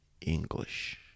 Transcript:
English